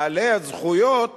בעלי הזכויות